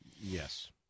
Yes